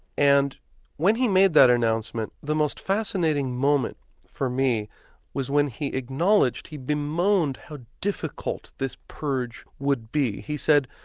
and when he made that announcement, the most fascinating moment for me was when he acknowledged, he bemoaned how difficult this purge would be. he said,